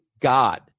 God